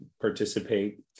participate